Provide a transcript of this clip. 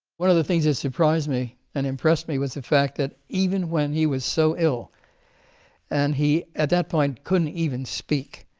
one of the things that surprised me and impressed me was the fact that even when he was so ill and he at that point couldn't even speak,